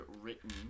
written